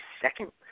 second